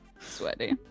Sweaty